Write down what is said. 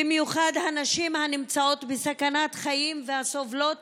במיוחד לנשים הנמצאות בסכנת חיים והסובלות